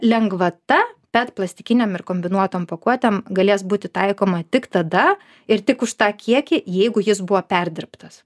lengvata pet plastikinėm ir kombinuotom pakuotėm galės būti taikoma tik tada ir tik už tą kiekį jeigu jis buvo perdirbtas